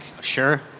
Sure